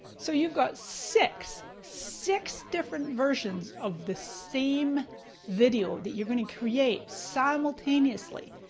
so you've got six, six different versions of the same video that you're gonna create simultaneously.